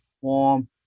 form